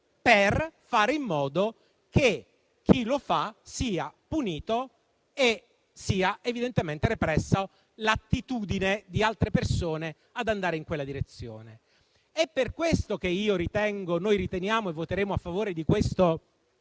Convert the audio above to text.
per fare in modo che chi lo fa sia punito e sia evidentemente repressa l'attitudine di altre persone ad andare in quella direzione. È per questo che noi riteniamo che mettere un tetto